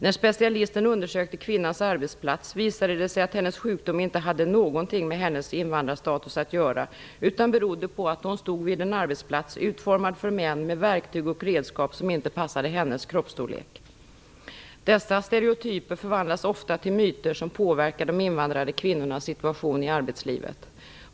När specialisten undersökte kvinnans arbetsplats, visade det sig att hennes sjukdom inte hade någonting med hennes invandrarstatus att göra, utan berodde på att hon stod vid en arbetsplats utformad för män, med verktyg och redskap som inte passade hennes kroppsstorlek. Dessa stereotyper förvandlas ofta till myter som påverkar de invandrade kvinnornas situation i arbetslivet.